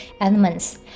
elements